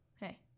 Hey